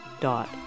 dot